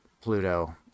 Pluto